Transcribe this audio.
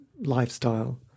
lifestyle